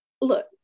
look